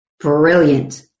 Brilliant